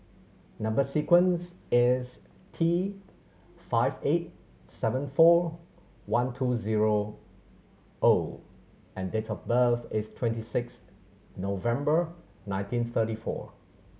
number sequence is T five eight seven four one two zero O and date of birth is twenty six November nineteen thirty four